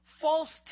false